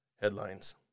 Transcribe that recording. headlines